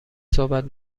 صحبت